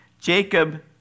Jacob